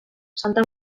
santa